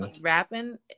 rapping